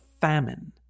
famine